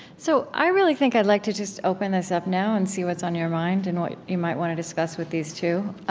so, i really think i'd like to just open this up now and see what's on your mind and what you might want to discuss with these two.